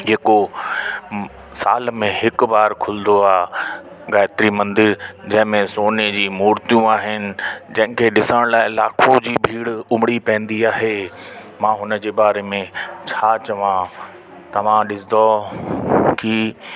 जेको साल में हिक बार खुलंदो आहे गायत्री मंदिर जंहिंमें सोने जी मूर्तियूं आहिनि जंहिंखे ॾिसण लाइ लाखो जी भीड़ उमड़ी पवंदी आहे मां हुनजे बारे में छा चवां तव्हां ॾिसंदो की